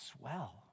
swell